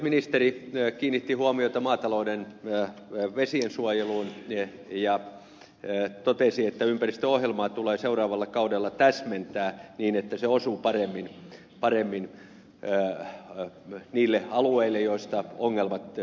ministeri kiinnitti huomiota maatalouden vesiensuojeluun ja totesi että ympäristöohjelmaa tulee seuraavalla kaudella täsmentää niin että se osuu paremmin niille alueille joista ongelmat syntyvät